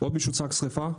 עוד מישהו צעק "שריפה",